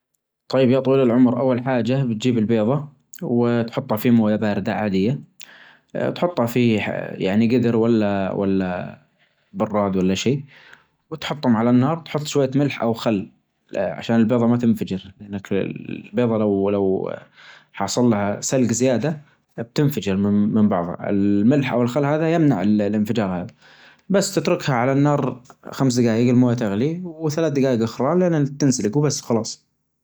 طيب يا طويل العمر اول حاجة بتجيب البيظة وتحطها في موية باردة عادية تحطها في يعني جدر ولا ولا براد ولا شيء. وتحطهم على النار وتحط شوية ملح او خل عشان البيظة ما تنفجر لانك البيظة لو لو حاصل لها سلج زيادة بتنفجر من بعض الملح او الخل هذا يمنع الانفجار هذا بس تتركها على النار خمس دجايج الموية تغلي وثلاث دجايج اخرى لين تنسلق وبس خلاص.